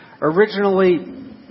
Originally